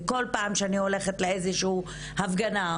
וכל פעם שאני הולכת לאיזשהו הפגנה,